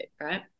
right